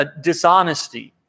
dishonesty